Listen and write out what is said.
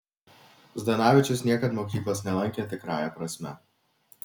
zdanavičius niekad mokyklos nelankė tikrąja prasme